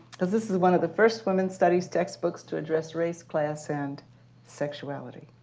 because this is one of the first women's studies textbooks to address race, class, and sexuality.